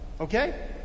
Okay